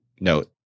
note